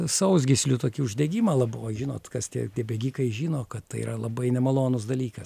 sausgyslių tokį uždegimą lab oi žinot kas tie tie bėgikai žino kad tai yra labai nemalonus dalykas